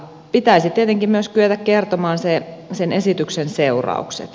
pitäisi tietenkin myös kyetä kertomaan sen esityksen seuraukset